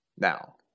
Now